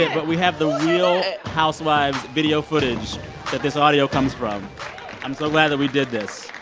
it. but we have the real housewives video footage that this audio comes from i'm so glad that we did this.